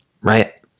right